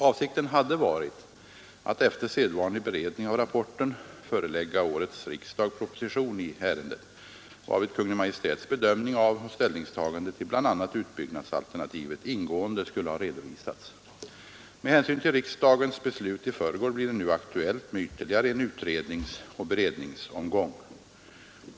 Avsikten hade varit att efter sedvanlig beredning av rapporten förelägga årets riksdag proposition i ärendet, varvid Kungl. Maj:ts bedömning av och ställningstagande till bl.a. utbyggnadsalternativet ingående skulle ha redovisats. Med hänsyn till riksdagens beslut i förrgår blir det nu aktuellt med ännu en utredningsoch beredningsomgång.